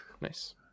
Nice